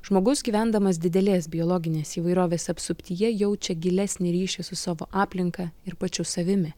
žmogus gyvendamas didelės biologinės įvairovės apsuptyje jaučia gilesnį ryšį su savo aplinka ir pačiu savimi